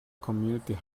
community